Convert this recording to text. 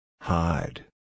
Hide